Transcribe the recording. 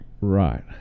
Right